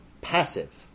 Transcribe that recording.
passive